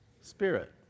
spirit